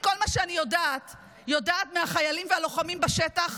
את כל מה שאני יודעת אני יודעת מהחיילים והלוחמים בשטח,